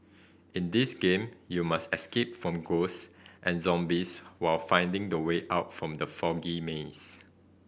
in this game you must escape from ghosts and zombies while finding the way out from the foggy maze